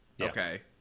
okay